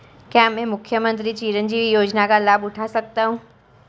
क्या मैं मुख्यमंत्री चिरंजीवी योजना का लाभ उठा सकता हूं?